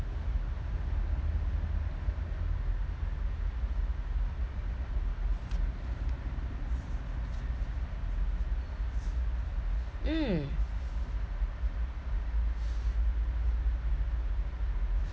mm